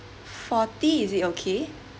forty is it okay